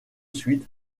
suite